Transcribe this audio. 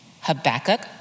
Habakkuk